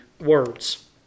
words